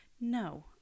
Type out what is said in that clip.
No